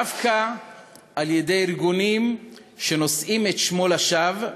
דווקא על-ידי ארגונים שנושאים את שמו לשווא,